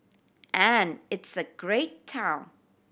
and it's a great town